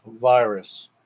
virus